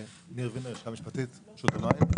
אני מהלשכה המשפטית, רשות המים.